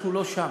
אנחנו לא שם,